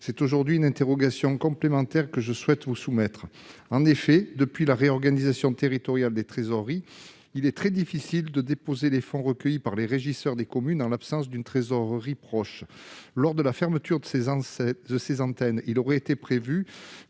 d'État, c'est une interrogation complémentaire que je souhaite soumettre aujourd'hui. En effet, depuis la réorganisation territoriale des trésoreries, il est très difficile de déposer les fonds recueillis par les régisseurs des communes en l'absence d'une trésorerie proche. Lors des fermetures des antennes, il avait été prévu